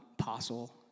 Apostle